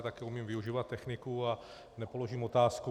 Taky umím využívat techniku a nepoložím otázku.